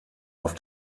auf